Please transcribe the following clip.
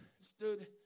Stood